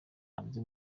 hanze